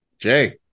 Jay